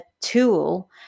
tool